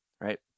right